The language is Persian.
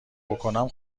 بکنم